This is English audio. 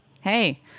Hey